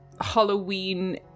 Halloween